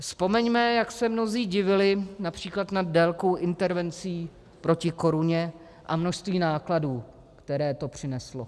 Vzpomeňme, jak se mnozí divili například nad délkou intervencí proti koruně, a množství nákladů, které to přineslo.